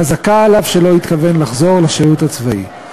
חזקה עליו שלא התכוון לחזור לשירות הצבאי.